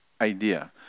idea